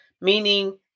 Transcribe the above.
meaning